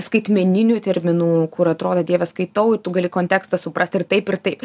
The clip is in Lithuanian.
skaitmeninių terminų kur atrodo dieve skaitau ir tu gali kontekstą suprast ir taip ir taip